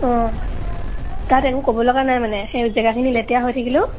অঁ তাত একো ক'ব লগা নাই মানে সেই জেগাখিনি লেতেৰা হৈ থাকিলেও